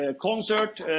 and concert,